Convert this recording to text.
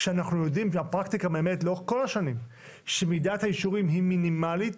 כשאנחנו יודעים שהפרקטיקה לאורך כל השנים שמידת האישורים היא מינימלית.